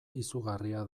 izugarria